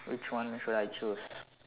which one should I choose